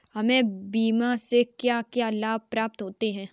हमें बीमा से क्या क्या लाभ प्राप्त होते हैं?